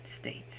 States